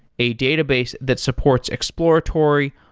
a database that supports exploratory,